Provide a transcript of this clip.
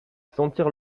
sentir